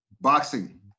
Boxing